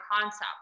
concept